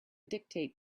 dictate